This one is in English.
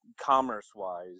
commerce-wise